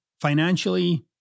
financially